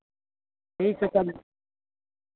ठीक छै तब